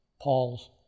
Paul's